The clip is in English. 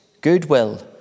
goodwill